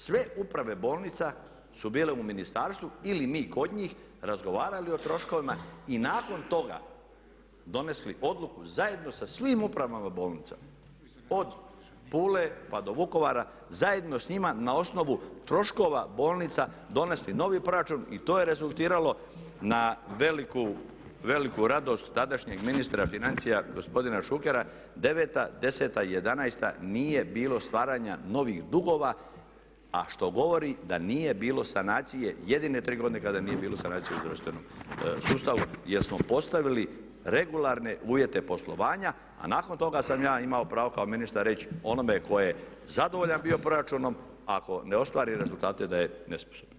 Sve uprave bolnica su bile u ministarstvu ili mi kod njih, razgovarali o troškovima i nakon toga donesli odluku zajedno sa svim upravama bolnica od Pule, pa do Vukovara, zajedno sa njima na osnovu troškova bolnica donesti novi proračun i to je rezultiralo na veliku radost tadašnjeg ministra financija gospodina Šukera, deveta, deseta i jedanaesta nije bilo stvaranja novih dugova, a što govori da nije bilo sanacije jedine tri godine kada nije bilo sanacije u zdravstvenom sustavu jer smo postavili regularne uvjete poslovanja, a nakon toga sam ja imao pravo kao ministar reći onome tko je zadovoljan bio proračun, ako ne ostvari rezultate da je nesposoban.